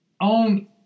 On